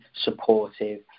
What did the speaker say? supportive